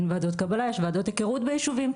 אין ועדות קבלה יש ועדות הכרות בישובים,